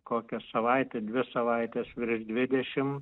kokia savaitė dvi savaitės virš dvidešim